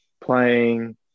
playing